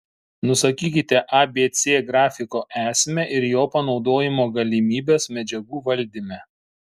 nusakykite abc grafiko esmę ir jo panaudojimo galimybes medžiagų valdyme